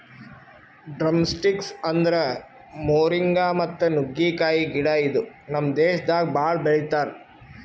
drumsticks ಅಂದುರ್ moringa ಮತ್ತ ನುಗ್ಗೆಕಾಯಿ ಗಿಡ ಇದು ನಮ್ ದೇಶದಾಗ್ ಭಾಳ ಬೆಳಿತಾರ್